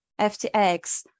FTX